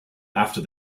after